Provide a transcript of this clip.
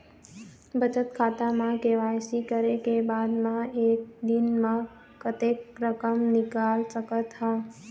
बचत खाता म के.वाई.सी करे के बाद म एक दिन म कतेक रकम निकाल सकत हव?